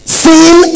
seen